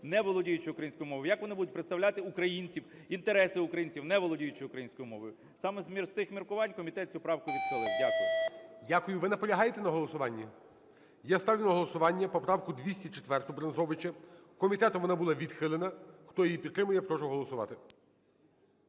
не володіючи українською мовою? Як вони будуть представляти українців, інтереси українців, не володіючи українською мовою? Саме з мір тих міркувань комітет цю правку відхилив. Дякую. ГОЛОВУЮЧИЙ. Дякую. Ви наполягаєте на голосуванні? Я ставлю на голосування поправку 204-уБрензовича, комітетом вона була відхилена. Хто її підтримує, прошу голосувати.